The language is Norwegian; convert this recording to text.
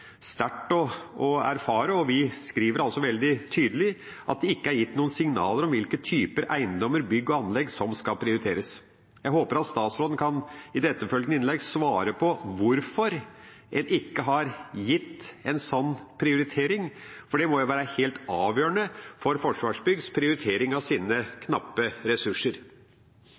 noen signaler om hvilke typer eiendommer, bygg og anlegg som skal prioriteres». Jeg håper at statsråden i det etterfølgende innlegget kan svare på hvorfor en ikke har gitt en sånn prioritering, for det må jo være helt avgjørende for Forsvarsbyggs prioritering av sine knappe ressurser.